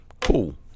Cool